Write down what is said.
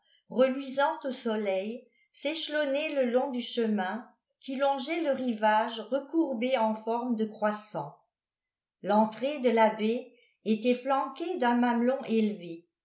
reluisant au soleil s'échelonnaient le long du chemin qui longeait le rivage recourbé en forme de croissant l'entrée de la baie était flanquée d'un mamelon élevé